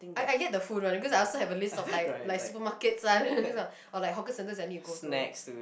I I get the food one because I also have a list of like like supermarkets lah something or like hawker centers I need to go to